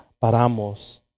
paramos